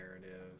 narrative